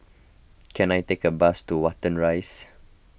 can I take a bus to Watten Rise